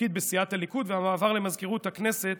מהתפקיד בסיעת הליכוד למזכירות הכנסת